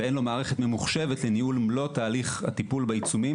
ואין לו מערכת ממוחשבת לניהול מלוא תהליך הטיפול בעיצומים,